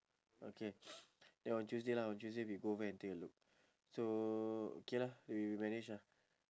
okay then on tuesday lah on tuesday we go back and take a look so okay lah you you manage lah